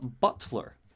butler